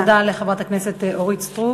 אני מודה לחברת הכנסת אורית סטרוק.